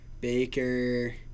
Baker